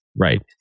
right